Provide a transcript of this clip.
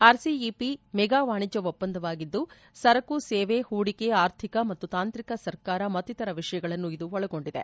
RCEP mega ವಾಣಿಜ್ಯ ಒಪ್ಪಂದವಾಗಿದ್ದು ಸರಕು ಸೇವೆಗಳು ಹೂಡಿಕೆ ಆರ್ಥಿಕ ಮತ್ತು ತಾಂತ್ರಿಕ ಸರ್ಕಾರ ಮತ್ತಿತರ ವಿಷಯಗಳನ್ನು ಇದು ಒಳಗೊಂಡಿದೆ